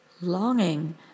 longing